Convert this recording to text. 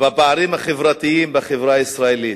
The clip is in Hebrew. והפערים החברתיים בחברה הישראלית.